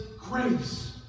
grace